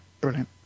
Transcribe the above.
Brilliant